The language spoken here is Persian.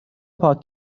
پاک